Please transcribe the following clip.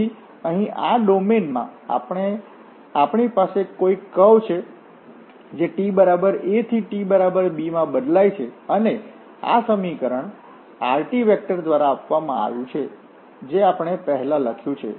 તેથી અહીં આ ડોમેનમાં આપણી પાસે કોઈક કર્વ છે જે t બરાબર a થી t બરાબર b બદલાય છે અને આ સમીકરણ r દ્વારા આપવામાં આવ્યું હતું જે આપણે પહેલાં લખ્યું છે